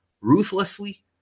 ruthlessly